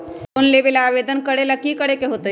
Loan लेबे ला आवेदन करे ला कि करे के होतइ?